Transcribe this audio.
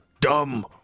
Dumb